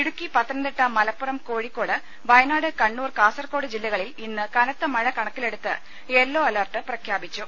Idukki Pathanamthitta Malappuram Kozhikode Wayanad Kannur Kasaragod ജില്ലകളിൽ ഇന്ന് കനത്ത മഴ കണക്കിലെടുത്ത് യെല്ലോ അലർട്ട് പ്രഖ്യാപിച്ചു